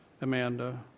Amanda